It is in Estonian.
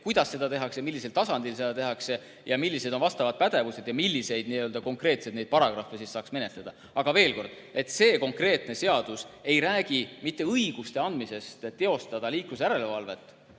kuidas seda tehakse, millisel tasandil seda tehakse, millised on vastavad pädevused ja milliseid konkreetseid paragrahve saab menetleda. Aga veel kord: see konkreetne seadus ei räägi mitte õiguste andmisest teostada liiklusjärelevalvet,